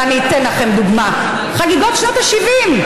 ואני אתן לכם דוגמה: בחגיגות שנות ה-70,